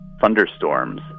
thunderstorms